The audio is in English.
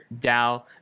DAO